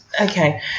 okay